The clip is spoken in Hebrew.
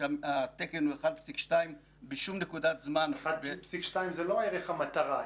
כשהתקן הוא 1.2. 1.2 זה לא ערך המטרה,